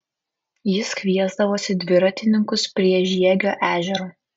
jis kviesdavosi dviratininkus prie žiegio ežero